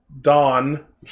Dawn